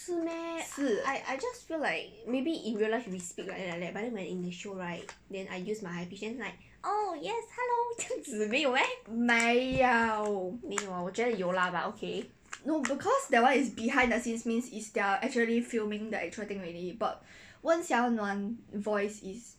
是 meh I just feel like maybe in real life he speak like that but then in his show right and I use my high pitch then like oh yes hello 这样子没有 meh 没有 ah 我觉得有 lah but okay